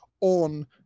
on